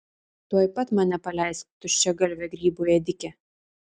tuoj pat mane paleisk tuščiagalve grybų ėdike